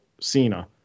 Cena